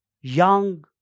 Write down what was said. young